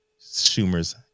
Schumer's